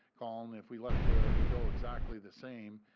um if we left ah the bill exactly the same,